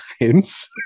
times